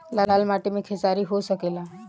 लाल माटी मे खेसारी हो सकेला?